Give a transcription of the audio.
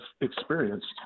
experienced